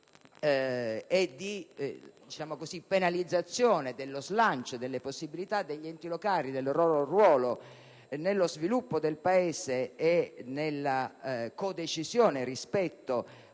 e di penalizzazione dello slancio, delle possibilità degli enti locali, del loro ruolo nello sviluppo del Paese e nella codecisione rispetto alle